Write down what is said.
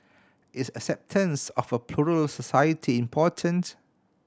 is acceptance of a plural society important